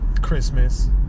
Christmas